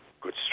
good